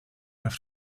have